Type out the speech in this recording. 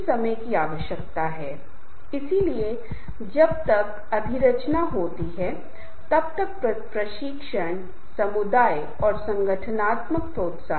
लेकिन अंत में मैं अंत करूंगा कि ईमानदारी और मेहनत से बेहतर कुछ भी नहीं हो सकता है इसे किसी भी चीज से बदला नहीं जा सकता है और हमेशा हमें हमारे जीवन मे अपने संचार व्यवहार और संबंध बनाने संबंध विकसित करने और संबंध बनाने या हासिल करने के लिए बहुत सतर्क रहना होगा